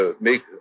Make